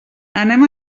anem